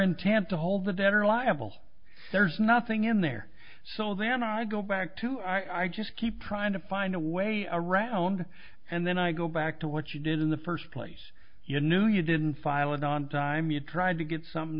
intent to hold the debtor liable there's nothing in there so then i go back to i just keep trying to find a way around and then i go back to what you did in the first place you knew you didn't file it on time you tried to get something